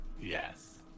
Yes